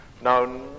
now